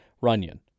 Runyon